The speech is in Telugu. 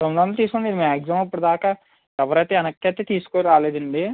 తొమ్మిది వందలది తీసుకోండి మీరు మాక్సిమమ్ ఇప్పటిదాకా ఎవరు అయితే వెనక్కి అయితే తీసుకుని రాలేదండి